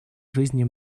жизни